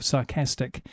Sarcastic